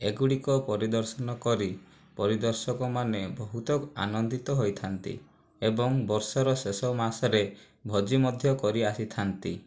ଏଗୁଡ଼ିକ ପରିଦର୍ଶନ କରି ପରିଦର୍ଶକ ମାନେ ବହୁତ ଆନନ୍ଦିତ ହୋଇଥାନ୍ତି ଏବଂ ବର୍ଷର ଶେଷ ମାସରେ ଭୋଜି ମଧ୍ୟ କରି ଆସିଥାନ୍ତି